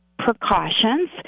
precautions